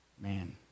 man